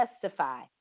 testify